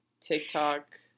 TikTok